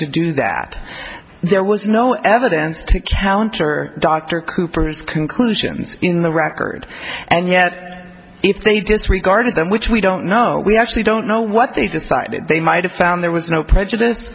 to do that there was no evidence to counter dr cooper's conclusions in the record and yet if they disregarded them which we don't know we actually don't know what they decided they might have found there was no prejudice